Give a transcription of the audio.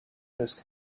this